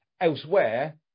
elsewhere